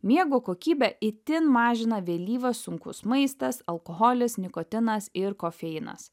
miego kokybę itin mažina vėlyvas sunkus maistas alkoholis nikotinas ir kofeinas